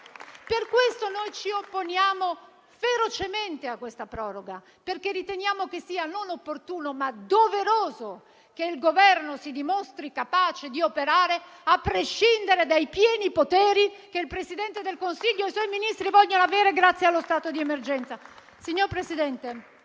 Per questo ci opponiamo ferocemente a questa proroga, perché riteniamo che sia, non opportuno, ma doveroso che il Governo si dimostri capace di operare, a prescindere dai pieni poteri che il Presidente del Consiglio e i suoi Ministri vogliono avere grazie allo stato di emergenza.